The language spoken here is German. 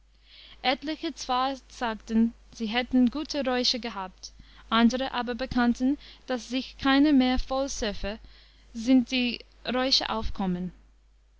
etliche zwar sagten sie hätten gute räusche gehabt andere aber bekannten daß sich keiner mehr vollsöffe sint die räusche aufkommen